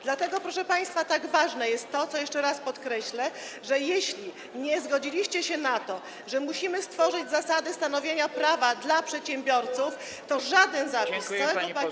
Dlatego, proszę państwa, tak ważne jest to, co jeszcze raz podkreślę: jeśli nie zgodziliście się na to, że musimy stworzyć zasady stanowienia prawa dla przedsiębiorców, to żaden zapis z całego pakietu.